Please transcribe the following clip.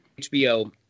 HBO